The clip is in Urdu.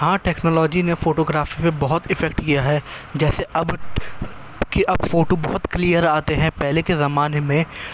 ہاں ٹیکنالوجی نے فوٹو گرافی میں بہت افیکٹ کیا ہے جیسے اب کہ اب فوٹو بہت کلیئر آتے ہیں پہلے کے زمانے میں